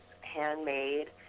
handmade